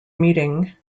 meeting